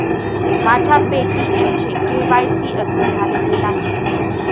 माझ्या पे.टी.एमचे के.वाय.सी अजून झालेले नाही